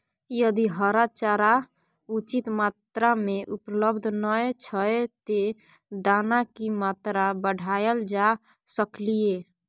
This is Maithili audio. यदि हरा चारा उचित मात्रा में उपलब्ध नय छै ते दाना की मात्रा बढायल जा सकलिए?